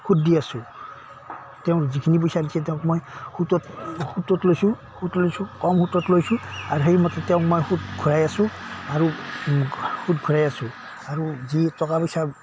সুত দি আছোঁ তেওঁ যিখিনি পইচা দিছে তেওঁক মই সুতত সুতত লৈছোঁ সুত লৈছোঁ কম সুত লৈছোঁ আৰু সেইমতে তেওঁক মই সুত ঘূৰাই আছোঁ আৰু সুত ঘূৰাই আছোঁ আৰু যি টকা পইচা